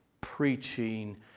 preaching